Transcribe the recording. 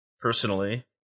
personally